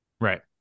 Right